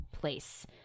place